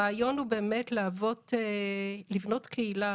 הרעיון הוא באמת להוות ולבנות קהילה